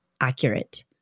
accurate